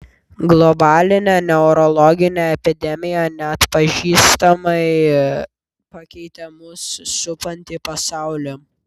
globalinė neurologinė epidemija neatpažįstamai pakeitė mus supantį pasaulį